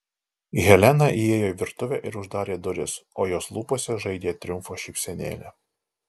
helena įėjo į virtuvę ir uždarė duris o jos lūpose žaidė triumfo šypsenėlė